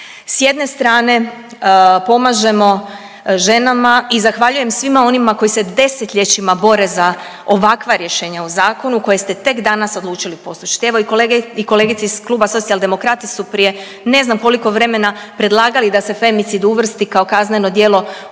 S jedne strane pomažemo ženama i zahvaljujem svima onima koji se desetljećima bore za ovakva rješenja u zakonu koje ste tek danas odlučili poslušati. Evo i kolege i kolegice iz Kluba Socijaldemokrata su prije ne znam koliko vremena predlagali da se femicid uvrsti kao kazneno djelo